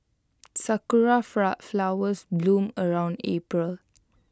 sakura flood flowers bloom around April